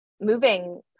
moving